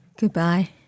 goodbye